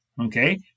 okay